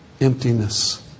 emptiness